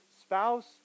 spouse